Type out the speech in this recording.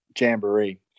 jamboree